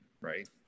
right